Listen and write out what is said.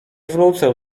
wrócę